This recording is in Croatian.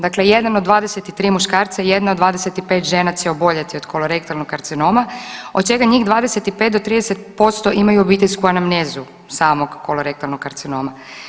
Dakle 1 od 23 muškarca, 1 od 25 žena će oboljeti od kolorektalnog karcinom od čega njih 25 do 30% imaju obiteljsku anemnezu samog kolorektalnog karcinoma.